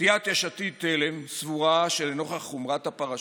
סיעת יש עתיד-תל"ם סבורה שלנוכח חומרת הפרשה,